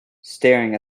staring